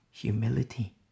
humility